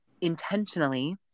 intentionally